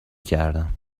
کردم